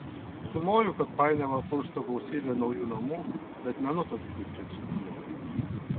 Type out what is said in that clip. sumoju kad painiavą kursto gausybė naujų namų bet nenutuokiu kaip čia atsidūriau